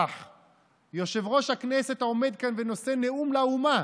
את החברה החרדית הפכתם גם לאוטונומיה.